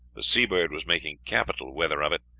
the seabird was making capital weather of it,